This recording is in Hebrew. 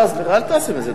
סליחה, אל תעשה מזה דרמה.